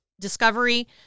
Discovery